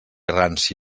ranci